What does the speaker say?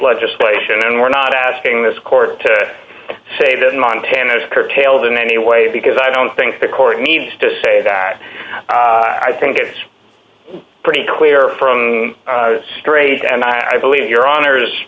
legislation and we're not asking this court to say that in montana curtailed in any way because i don't think the court needs to say that i think it's pretty clear from straight and i believe your honor is